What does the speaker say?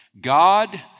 God